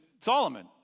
Solomon